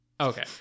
Okay